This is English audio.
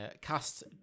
cast